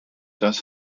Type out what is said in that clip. does